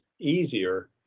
easier